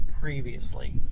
previously